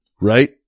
right